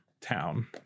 town